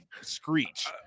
screech